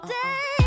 day